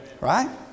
Right